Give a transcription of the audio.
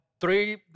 three